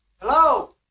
Hello